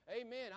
Amen